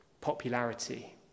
popularity